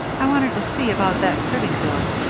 i wanted to see about that cribbing bill.